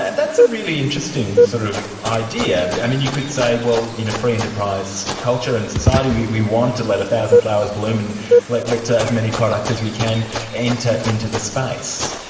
that's a really interesting sort of idea. i mean you could say, well in a free enterprise culture and society, we we want to let a thousand flowers bloom, and let let as many products as we can enter into the space.